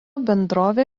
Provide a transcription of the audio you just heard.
bendrovė